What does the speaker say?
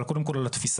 אבל קודם כל על התפיסה.